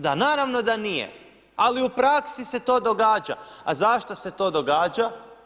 Da, naravno da nije, ali u praksi se to događa a zašto se to događa?